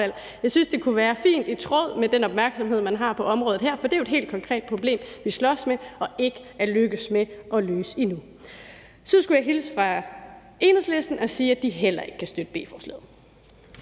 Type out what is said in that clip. Jeg synes, det kunne være fint i tråd med den opmærksomhed, man har på området her, for det er jo et helt konkret problem, vi slås med og ikke er lykkedes med at løse endnu. Så skulle jeg hilse fra Enhedslisten og sige, at de heller ikke kan beslutte B-forslaget.